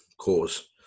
cause